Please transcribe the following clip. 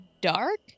dark